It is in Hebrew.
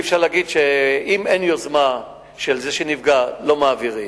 אי-אפשר להגיד שאם אין יוזמה של זה שנפגע לא מעבירים.